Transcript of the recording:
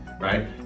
right